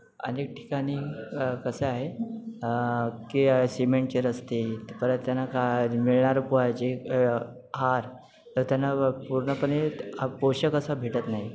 अनेक ठिकाणी कसं आहे की सिमेंटचे रस्ते परत त्यांना काय मिळणार पोहायचे हार तर त्यांना पूर्णपणे पोषक असं भेटत नाही